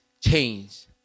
Change